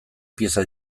pieza